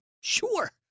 Sure